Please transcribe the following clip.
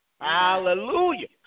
Hallelujah